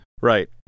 Right